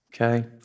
Okay